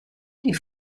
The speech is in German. die